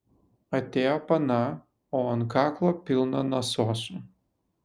atėjo pana o ant kaklo pilna nasosų